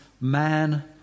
man